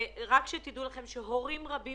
הורים רבים